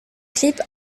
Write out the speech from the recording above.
clip